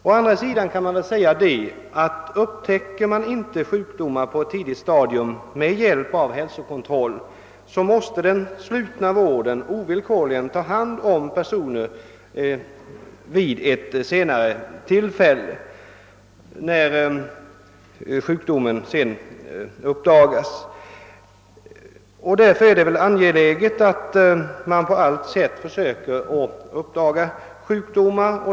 Å andra sidan kan man säga att om man inte med hjälp av hälsokontroll upptäcker sjukdomar på ett tidigt stadium måste den slutna vården ta hand om personer när sjukdomen sedan uppdagas. Därför är det angeläget att så tidigt som möjligt försöka uppdaga sjukdomarna.